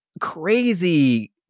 crazy